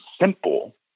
simple